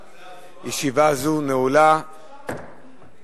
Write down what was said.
(איסור צילום של נפגע עבירות מין),